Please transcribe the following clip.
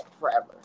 forever